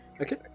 Okay